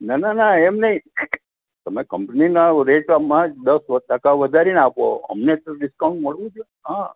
ના ના ના એમ નહીં તમે કંપનીના રેટમાં જ દસ ટકા વધારીને આપો અમને તો ડિસ્કાઉન્ટ મળવું જોઈએ ને હા